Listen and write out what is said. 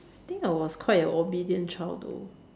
I think I was quite a obedient child though